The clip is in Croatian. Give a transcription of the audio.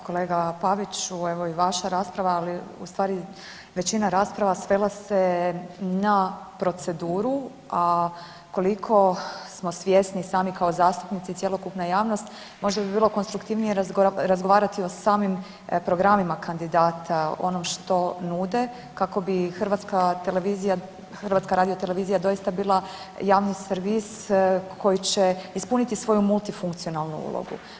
Kolega Pavić, evo i vaša rasprava ali ustvari većina rasprava svela se na proceduru a koliko smo svjesni sami kao zastupnici i cjelokupna javnost, možda bi bilo konstruktivnije razgovarati o samim programima kandidata, o onom što nude kako bi HRT doista bila javni servis koji će ispuniti multifunkcionalnu ulogu.